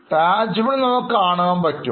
Tangible നമുക്ക് കാണുവാൻപറ്റും